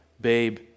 babe